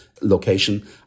location